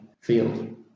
field